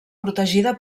protegida